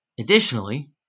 Additionally